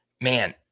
man